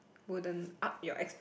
wouldn't up your expect